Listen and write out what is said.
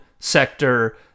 Sector